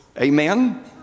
amen